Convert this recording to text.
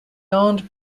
owned